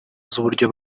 z’uburyo